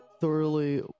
thoroughly